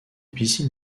piscine